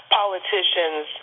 politician's